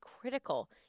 critical